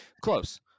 Close